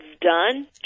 done